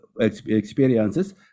experiences